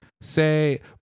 say